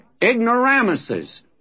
ignoramuses